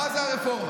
מה זאת הרפורמה?